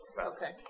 Okay